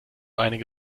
einige